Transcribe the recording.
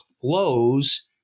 flows